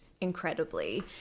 incredibly